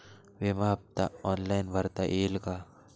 विमा हफ्ता ऑनलाईन भरता येईल का?